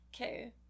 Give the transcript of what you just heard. Okay